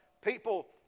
People